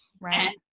Right